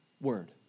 word